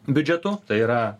biudžetu tai yra